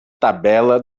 tabela